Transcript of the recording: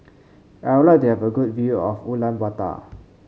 I would like to have a good view of Ulaanbaatar